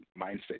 mindset